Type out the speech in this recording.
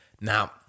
Now